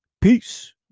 Peace